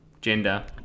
gender